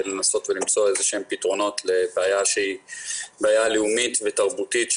ומנסה למצוא פתרונות לבעיה שהיא לאומית ותרבותית.